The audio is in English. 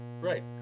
Right